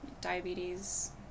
diabetes